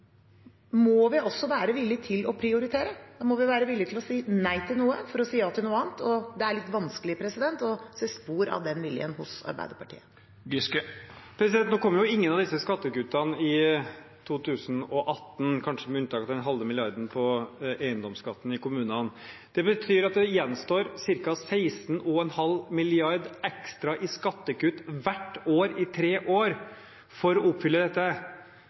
må vi også være villige til å prioritere. Da må vi være villige til å si nei til noe for å si ja til noe annet, og det er litt vanskelig å se spor av den viljen hos Arbeiderpartiet. Nå kommer jo ingen av disse skattekuttene i 2018, kanskje med unntak av den halve milliarden på eiendomsskatten i kommunene. Det betyr at det gjenstår ca. 16,5 mrd. kr ekstra i skattekutt hvert år i tre år for å oppfylle dette,